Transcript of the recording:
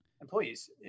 employees